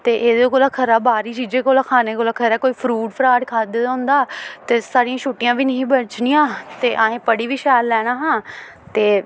ते एह् कोला खरा बाह्र दी चीजां कोला खाने कोला खरा कोई फ्रूट फ्राट खाद्धे दा होंदा ते साढ़ियां छुट्टियां बी निं ही बज्जनियां ते असें पढ़ी बी शैल लैना हा ते